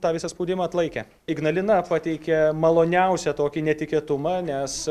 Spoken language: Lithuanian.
tą visą spaudimą atlaikė ignalina pateikė maloniausią tokį netikėtumą nes